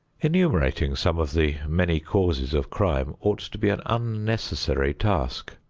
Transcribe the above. enumerating some of the many causes of crime ought to be an unnecessary task.